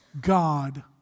God